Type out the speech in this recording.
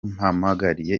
mpagarariye